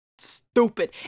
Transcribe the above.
stupid